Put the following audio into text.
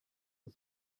des